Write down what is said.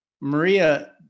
Maria